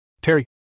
Terry